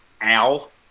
Al